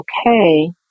okay